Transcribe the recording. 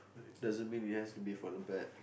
doesn't mean it has to be for the bad